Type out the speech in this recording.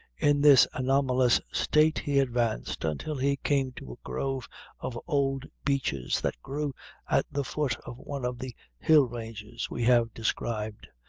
in this anomalous state he advanced, until he came to a grove of old beeches that grew at the foot of one of the hill-ranges we have described,